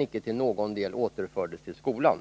icke till någon del återfördes till skolan.